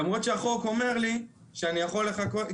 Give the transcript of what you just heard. למרות שהחוק אומר לי שאני יכול לחכות,